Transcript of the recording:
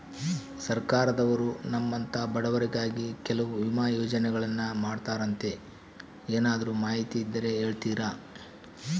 ಸರ್ಕಾರದವರು ನಮ್ಮಂಥ ಬಡವರಿಗಾಗಿ ಕೆಲವು ವಿಮಾ ಯೋಜನೆಗಳನ್ನ ಮಾಡ್ತಾರಂತೆ ಏನಾದರೂ ಮಾಹಿತಿ ಇದ್ದರೆ ಹೇಳ್ತೇರಾ?